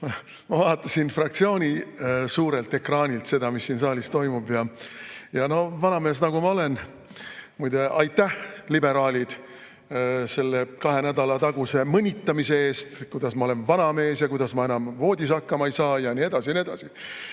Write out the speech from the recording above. Ma vaatasin fraktsiooni suurelt ekraanilt seda, mis siin saalis toimub, ja vanamees, nagu ma olen ... Muide, aitäh, liberaalid, selle kahe nädala taguse mõnitamise eest, kuidas ma olen vanamees ja kuidas ma enam voodis hakkama ei saa ja nii edasi. Mõni